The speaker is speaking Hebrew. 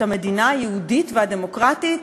את המדינה היהודית והדמוקרטית?